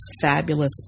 fabulous